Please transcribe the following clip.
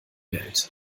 welt